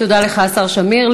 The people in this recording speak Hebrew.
תודה לך, השר שמיר.